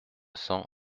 cents